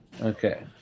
Okay